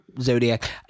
zodiac